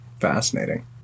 fascinating